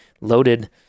loaded